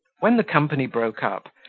when the company broke up,